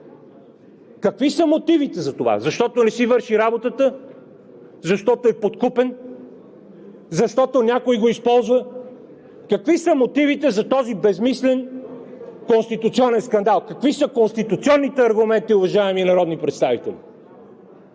Какви са мотивите за това – защото не си върши работата, защото е подкупен, защото някой го използва? Какви са мотивите за този безсмислен конституционен скандал? Какви са конституционните аргументи, уважаеми народни представители?